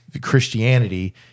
Christianity